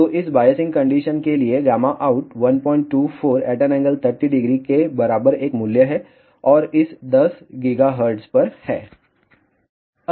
तोइस biasing condition के लिए out 124∠300 के बराबर एक मूल्य है और इस 10 GHz पर है